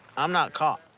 i'm not caught.